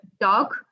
dog